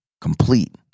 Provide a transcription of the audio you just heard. complete